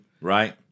Right